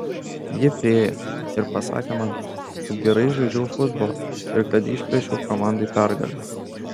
ji priėjo ir pasakė man kaip gerai žaidžiau futbolą ir kad išplėšiau komandai pergalę